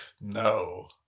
No